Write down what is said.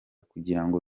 kugirango